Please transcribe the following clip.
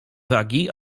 wagi